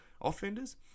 offenders